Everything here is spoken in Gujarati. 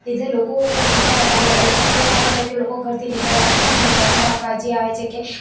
એ જે લોકો બહુ બીતા હતા ને એ લોકોનો એટલો ધાક હતો કે એ લોકો ઘરેથી નીકળવાથી બી બીતા કે હા કાઝી આવે છે કે